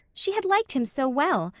she had liked him so well,